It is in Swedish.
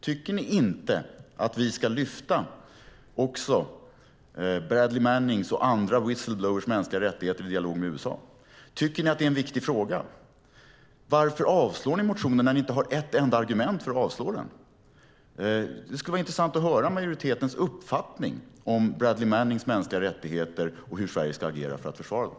Tycker ni inte att vi ska lyfta fram också Bradley Mannings och andra whistleblowers mänskliga rättigheter i dialog med USA? Tycker ni att det är en viktig fråga? Varför avstyrker ni motionen när ni inte har ett enda argument för att avstyrka den? Det skulle vara intressant att höra majoritetens uppfattning om Bradley Mannings mänskliga rättigheter och hur Sverige ska agera för att försvara dem.